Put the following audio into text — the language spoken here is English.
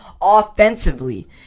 offensively